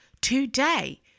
today